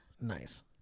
Nice